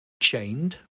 chained